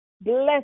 Bless